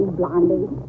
blondie